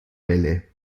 welle